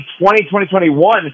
2021